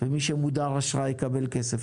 ומי שמודר אשראי יקבל כסף.